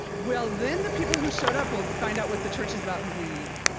well, then the people who showed up will find out what the church is about and leave.